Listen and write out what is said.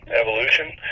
evolution